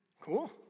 Cool